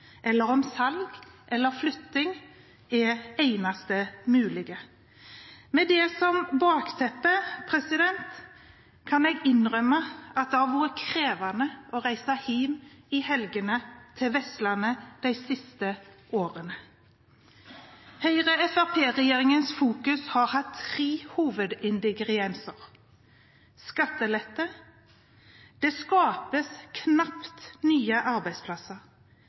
eller om salg eller flytting er det eneste mulige. Med det som bakteppe kan jeg innrømme at det har vært krevende å reise hjem til Vestlandet i helgene de siste årene. Høyre–Fremskrittsparti-regjeringens fokus har hatt tre hovedingredienser: skattelette – det skapes knapt nye arbeidsplasser;